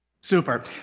Super